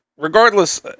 Regardless